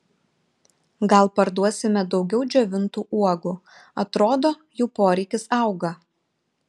gal parduosime daugiau džiovintų uogų atrodo jų poreikis auga